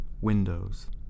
windows